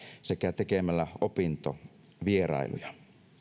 sekä tekemällä opintovierailuja